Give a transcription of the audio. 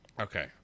Okay